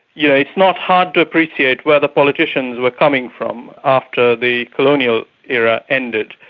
yeah, it's not hard to appreciate where the politicians were coming from after the colonial era ended.